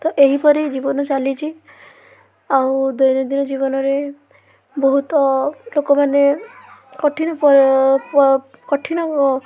ତ ଏହିପରି ଜୀବନ ଚାଲିଛି ଆଉ ଦୈନନ୍ଦିନ ଜୀବନରେ ବହୁତ ଲୋକମାନେ କଠିନ କଠିନ